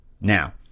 Now